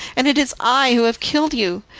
and it is i who have killed you.